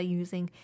using